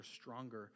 stronger